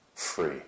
free